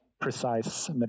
precise